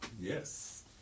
Yes